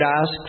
ask